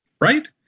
right